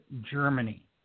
Germany